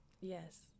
Yes